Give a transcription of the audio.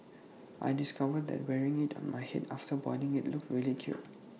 I discovered that wearing IT on my Head after boiling IT looked really cute